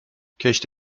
کشت